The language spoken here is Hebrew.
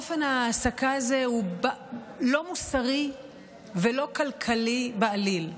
אופן ההעסקה הזה הוא לא מוסרי ולא כלכלי בעליל.